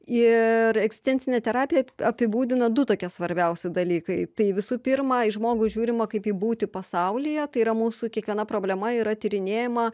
ir egzistencinę terapiją apibūdina du tokie svarbiausi dalykai tai visų pirma į žmogų žiūrima kaip į būtį pasaulyje tai yra mūsų kiekviena problema yra tyrinėjama